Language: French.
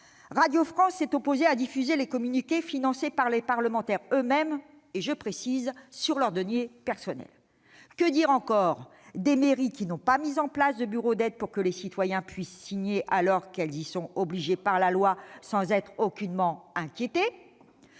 Radio France a refusé de diffuser les communiqués financés par les parlementaires eux-mêmes, sur leurs deniers personnels. Que dire encore des mairies qui n'ont pas mis en place de bureau d'aide pour que les citoyens puissent apporter leur soutien au RIP alors qu'elles y sont obligées par la loi, sans être aucunement inquiétées ?